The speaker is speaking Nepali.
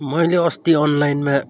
मैले अस्ति अनलाइनमा